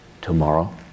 Tomorrow